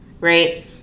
right